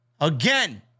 Again